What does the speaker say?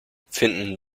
finden